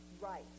right